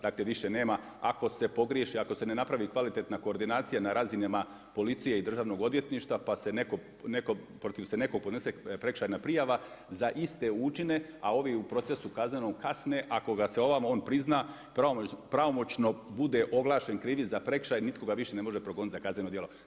Dakle više nema, ako se pogriješi, ako se ne napravi kvalitetna koordinacija na razinama policije i državnog odvjetništva pa se netko, protiv nekog se podnese prekršajna prijava za iste učinke a ovi u procesu kaznenom kasne ako ga se ovamo on prizna pravomoćno bude oglašen krivim za prekršaj nitko ga više ne može progoniti za kazneno djelo.